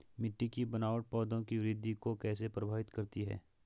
मिट्टी की बनावट पौधों की वृद्धि को कैसे प्रभावित करती है?